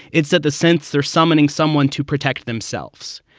it's that the sense they're summoning someone to protect themselves.